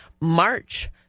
March